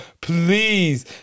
please